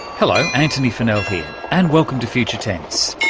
hello, antony funnell here and welcome to future tense.